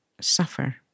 suffer